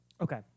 Okay